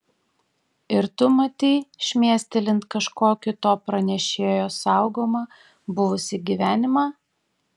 ir tu matei šmėstelint kažkokį to pranešėjo saugomą buvusį gyvenimą